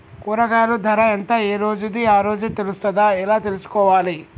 కూరగాయలు ధర ఎంత ఏ రోజుది ఆ రోజే తెలుస్తదా ఎలా తెలుసుకోవాలి?